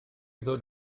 ddod